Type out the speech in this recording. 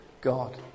God